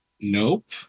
nope